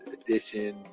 edition